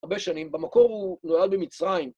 הרבה שנים. במקור הוא נולד במצרים.